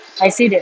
I say that